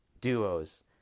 duos